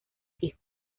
hijos